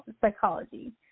psychology